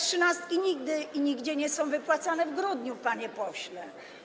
Trzynastki nigdy i nigdzie nie są wypłacane w grudniu, panie pośle.